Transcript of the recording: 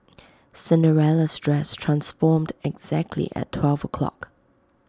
Cinderella's dress transformed exactly at twelve o'clock